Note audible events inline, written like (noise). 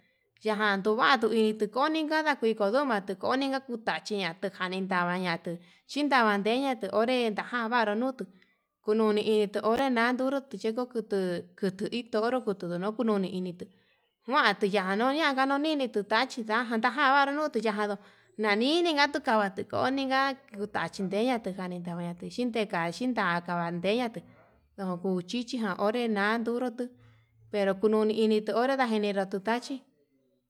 Yajan tuvatu inkonika kui kodoma tutachiña kundamatu, kanin ndavaña tuu chindava ndeña uu onré nitaján vanruu nutuu kuu noni iin onre nanduu, nduru kuu yeku kutuu kutu hi toro kutu no'o kunoni ini njuan nduyagano ndunoni ini tuu tachí, ndajan takavaru nute yajaro nnini nga atuu kava nikoniga, kuu tachí ndeyatu janii nava chindekaxhi inda'a kavandeyatu (noise) ndojon chichijan onré nanduru tuu, pero kunoni initu onré ndajenero tuu tachí. (noise)